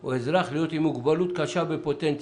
הוא אזרח עם מוגבלות קשה בפוטנציה.